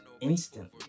instantly